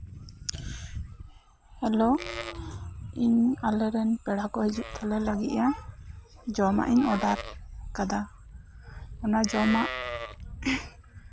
hello ᱛᱤᱦᱤᱧ ᱟᱞᱮ ᱨᱮᱱ ᱯᱮᱲᱟ ᱠᱚ ᱦᱤᱡᱩᱜ ᱛᱟᱞᱮ ᱞᱟᱹᱜᱤᱜᱼᱟ ᱡᱚᱢᱟᱜ ᱤᱧ ᱚᱰᱟᱨ ᱟᱠᱟᱫᱟ ᱚᱱᱟ ᱡᱚᱢᱟᱜ